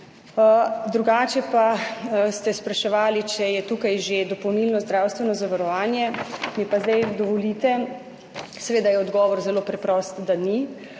Drugače pa ste spraševali, če je tukaj že dopolnilno zdravstveno zavarovanje. Mi pa zdaj dovolite, seveda je odgovor zelo preprost, da ni.